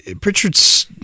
pritchard's